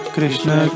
Krishna